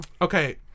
okay